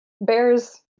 bears